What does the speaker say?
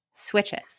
switches